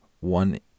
one